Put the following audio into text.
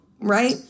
right